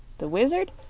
the wizard?